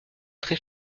très